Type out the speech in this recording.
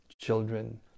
children